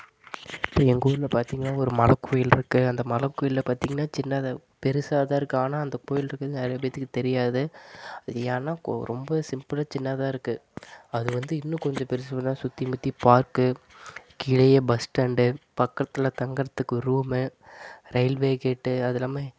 எங்கள் ஊரில் பார்த்திங்கனா ஒரு மலை கோயில் இருக்குது அந்த மலை கோயிலில் பார்த்திங்கனா சின்னதாக பெருசாக தான் இருக்குது ஆனால் அந்த கோயில் இருக்கிறது நிறையா பேர்த்துக்கு தெரியாது அது ஏன்னால் கோ ரொம்ப சிம்பிளாக சின்னதாக இருக்குது அது வந்து இன்னும் கொஞ்சம் பெரிசு பண்ணிணா சுற்றி முற்றி பார்க்கு கீழேயே பஸ் ஸ்டாண்டு பக்கத்தில் தங்குறதுக்கு ஒரு ரூம்மு ரயில்வே கேட்டு அது இல்லாமல்